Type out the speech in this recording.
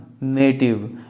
native